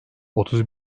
otuz